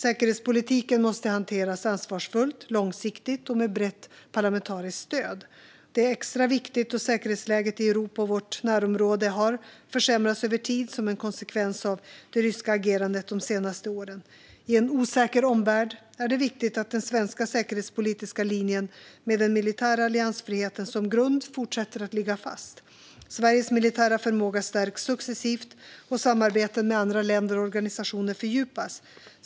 Säkerhetspolitiken måste hanteras ansvarsfullt, långsiktigt och med brett parlamentariskt stöd. Det är extra viktigt då säkerhetsläget i Europa och vårt närområde har försämrats över tid som en konsekvens av det ryska agerandet de senaste åren. I en osäker omvärld är det viktigt att den svenska säkerhetspolitiska linjen - med den militära alliansfriheten som grund - fortsätter att ligga fast. Sveriges militära förmåga stärks successivt, och samarbeten med andra länder och organisationer fördjupas.